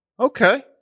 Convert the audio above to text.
Okay